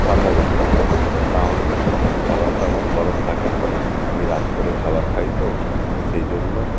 পাঠাবেন না হলে কি খাবারটা আমার গরম থাকে না আমি রাত করে খাবার খাই তো সেই জন্য